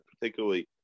particularly